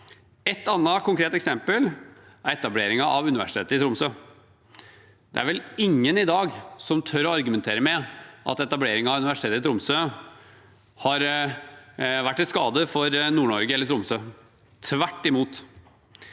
Et annet konkret eksempel er etableringen av Universitetet i Tromsø. Det er vel ingen i dag som tør å argumentere med at etableringen av Universitetet i Tromsø har vært til skade for Nord-Norge eller Tromsø – tvert imot.